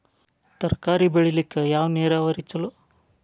ತರಕಾರಿ ಬೆಳಿಲಿಕ್ಕ ಯಾವ ನೇರಾವರಿ ಛಲೋ?